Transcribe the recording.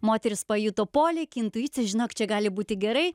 moteris pajuto polėkį intuicijai žinok čia gali būti gerai